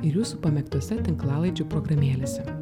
ir jūsų pamėgtose tinklalaidžių programėlėse